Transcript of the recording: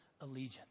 allegiance